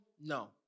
No